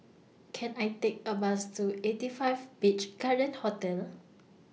Can I Take A Bus to eighty five Beach Garden Hotel